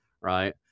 right